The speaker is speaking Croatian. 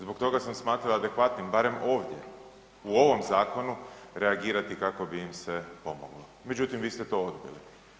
Zbog toga sam smatrao adekvatnim barem ovdje u ovom zakonom reagirati kako bi im se pomoglo, međutim, vi ste to odbili.